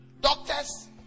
Doctors